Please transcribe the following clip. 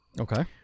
Okay